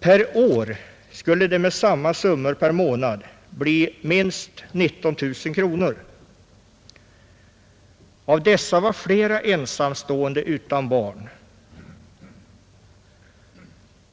Per år skulle det, med samma summor per månad, bli minst 19 000 kronor. Av dessa människor var flera enstamstående utan barn